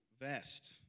vest